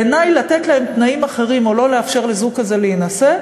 בעיני לתת להם תנאים אחרים או לא לאפשר לתת לזוג כזה להינשא,